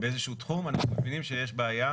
באיזה שהוא תחום, אנחנו מבינים שיש בעיה